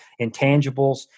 intangibles